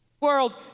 world